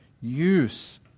use